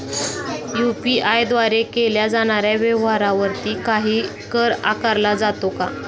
UPI द्वारे केल्या जाणाऱ्या व्यवहारावरती काही कर आकारला जातो का?